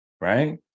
right